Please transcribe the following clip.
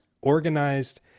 organized